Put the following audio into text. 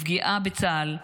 לפגיעה בצה"ל,